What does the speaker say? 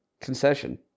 concession